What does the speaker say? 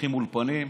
פותחים אולפנים,